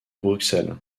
bruxelles